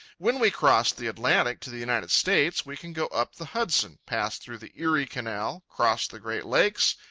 when we cross the atlantic to the united states, we can go up the hudson, pass through the erie canal, cross the great lakes,